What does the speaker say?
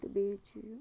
تہٕ بیٚیہِ چھِ یہِ